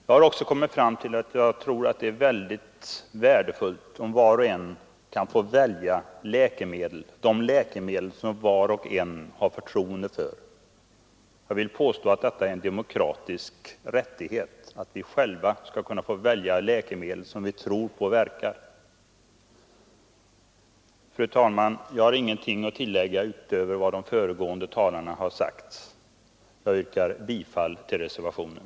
Jag har också kommit fram till uppfattningen att det är synnerligen värdefullt för varje människa att kunna välja de läkemedel som var och en har förtroende för. Jag vill påstå att det är en demokratisk rättighet att vi själva skall få välja de läkemedel som vi tror verkar. Fru talman! Jag har ingenting att tillägga utöver vad de föregående talarna har sagt. Jag yrkar bifall till reservationen.